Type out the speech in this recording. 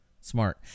smart